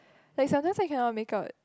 like sometimes I cannot make out